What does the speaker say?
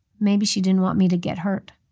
maybe she didn't want me to get hurt.